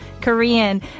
Korean